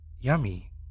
yummy